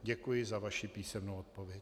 Děkuji za vaši písemnou odpověď.